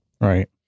Right